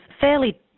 fairly